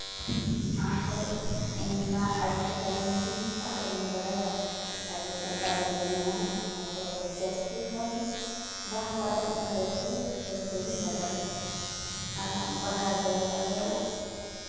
ᱦᱳᱭ ᱤᱧᱢᱟ ᱟᱹᱰᱤ ᱞᱮᱠᱟᱱ ᱯᱚᱨᱚᱵᱽ ᱤᱧ ᱵᱟᱰᱟᱭᱟ ᱟᱹᱰᱤ ᱞᱮᱠᱟᱱ ᱯᱚᱨᱚᱵᱽ ᱞᱮ ᱢᱟᱱᱟᱣᱟ ᱟᱫᱚ ᱡᱟᱹᱥᱛᱤ ᱠᱷᱚᱱ ᱵᱟᱦᱟ ᱯᱚᱨᱚᱵᱽ ᱵᱟᱨᱮᱛᱮ ᱰᱷᱮᱨ ᱤᱧ ᱵᱟᱰᱟᱭᱟ ᱵᱟᱦᱟ ᱫᱚ ᱟᱞᱮ ᱟᱞᱮ